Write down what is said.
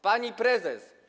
Pani Prezes!